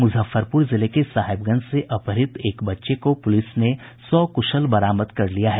मुजफ्फरपुर जिले के साहेबगंज से अपहृत एक बच्चे को पुलिस ने सक्शल बरामद कर लिया है